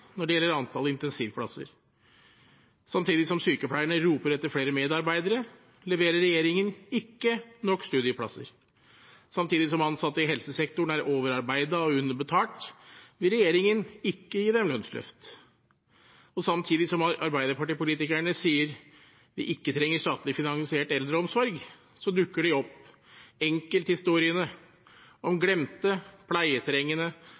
når det gjelder antall intensivplasser. Samtidig som sykepleierne roper etter flere medarbeidere, leverer ikke regjeringen nok studieplasser. Samtidig som ansatte i helsesektoren er overarbeidet og underbetalt, vil ikke regjeringen gi dem lønnsløft. Samtidig som Arbeiderparti-politikerne sier vi ikke trenger statlig finansiert eldreomsorg, dukker de opp: enkelthistoriene om glemte, pleietrengende